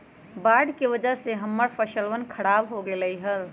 बाढ़ के वजह से हम्मर फसलवन खराब हो गई लय